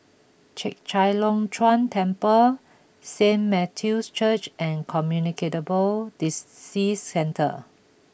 Chek Chai Long Chuen Temple Saint Matthew's Church and Communicate ball Disease Centre